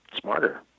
smarter